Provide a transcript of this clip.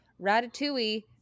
ratatouille